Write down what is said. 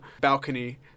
balcony